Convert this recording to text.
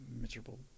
miserable